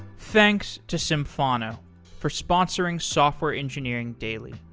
thanks to symphono for sponsoring software engineering daily.